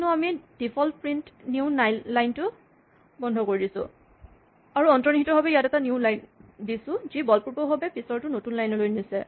কিয়নো আমি default print new line টো বন্ধ কৰিছোঁ আৰু অন্তনিহিতভাৱে ইয়াত এটা নিউ লাইন দিছোঁ যি বলপূৰ্বকভাৱে পিছৰটো নতুন লাইন লৈ নিছে